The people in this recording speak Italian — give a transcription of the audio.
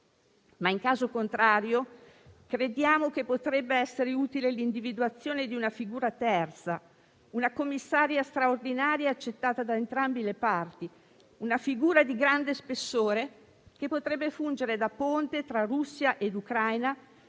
In caso contrario, però, crediamo che potrebbe essere utile l'individuazione di una figura terza: una commissaria straordinaria accettata da entrambe le parti, una figura di grande spessore che potrebbe fungere da ponte tra Russia e Ucraina